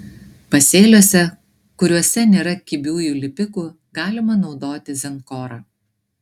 pasėliuose kuriuose nėra kibiųjų lipikų galima naudoti zenkorą